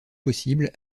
possible